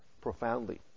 profoundly